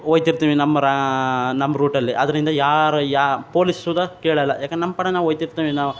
ಹೋಯ್ತಿರ್ತೀವಿ ನಮ್ಮ ರಾ ನಮ್ಮ ರೂಟಲ್ಲಿ ಆದ್ದರಿಂದ ಯಾರು ಯಾ ಪೋಲೀಸರ್ದು ಕೇಳೋಲ್ಲ ಯಾಕೆಂದರೆ ನಮ್ಮ ಪಾಡಿಗೆ ನಾವು ಹೋಗ್ತಿರ್ತೀವಿ ನಾನು